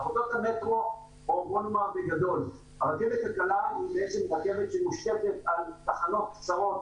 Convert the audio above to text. עבודות המטרו --- הרכבת הקלה היא רכבת שמושתתת על תחנות קצרות,